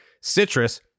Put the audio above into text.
citrus